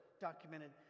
documented